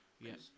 Yes